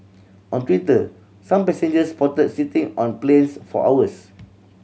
on Twitter some passengers reported sitting on planes for hours